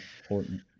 important